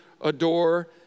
adore